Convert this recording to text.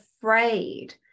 afraid